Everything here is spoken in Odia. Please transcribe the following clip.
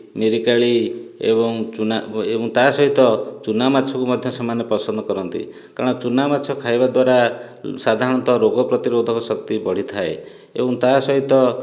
ମିରିକାଳି ଏବଂ ଚୁନା ଏବଂ ତା ସହିତ ଚୁନା ମାଛକୁ ମଧ୍ୟ ସେମାନେ ପସନ୍ଦ କରନ୍ତି କାରଣ ଚୁନାମାଛ ଖାଇବା ଦ୍ୱାରା ସାଧାରଣତଃ ରୋଗ ପ୍ରତିରୋଧକଶକ୍ତି ବଢିଥାଏ ଏବଂ ତା'ସହିତ